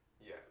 Yes